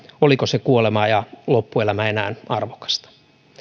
oliko se kuolema ja loppuelämä enää arvokasta